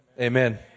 Amen